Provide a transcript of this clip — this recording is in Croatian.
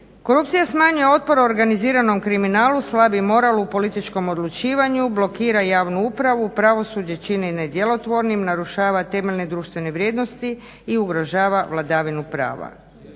Korupcija s manje otpora organiziranom kriminalu slabi moral u političkom odlučivanju, blokira javnu upravu, pravosuđe čini nedjelotvornim, narušava temeljne društvene vrijednosti i ugrožava vladavinu prava.